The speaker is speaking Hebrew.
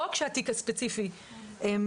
לא רק שהתיק הספציפי ייסגר,